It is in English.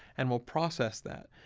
and we'll process that.